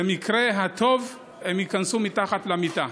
במקרה הטוב, הם ייכנסו מתחת למיטה.